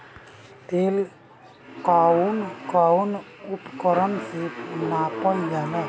तेल कउन कउन उपकरण से नापल जाला?